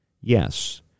Yes